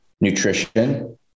nutrition